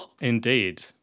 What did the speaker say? Indeed